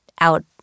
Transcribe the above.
out